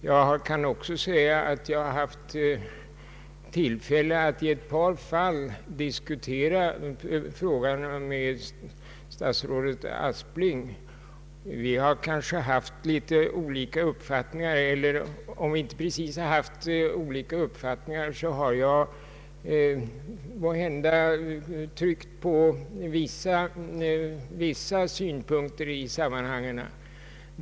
Jag har också haft tillfälle att i ett par fall diskutera frågorna med statsrådet Aspling. Vi har kanske haft olika uppfattningar, och om vi inte precis har haft olika uppfattningar har jag måhända tryckt på vissa synpunkter i sammanhanget.